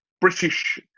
British